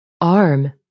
arm